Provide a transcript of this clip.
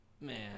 Man